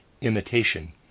imitation